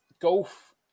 golf